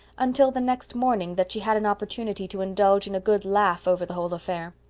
until the next morning that she had an opportunity to indulge in a good laugh over the whole affair.